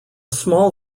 small